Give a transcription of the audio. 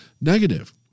negative